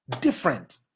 different